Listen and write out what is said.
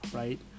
right